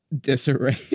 disarray